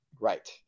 Right